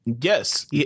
yes